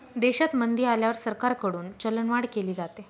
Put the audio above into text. देशात मंदी आल्यावर सरकारकडून चलनवाढ केली जाते